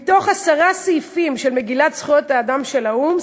מתוך עשרה סעיפים של מגילת זכויות האדם של האו"ם,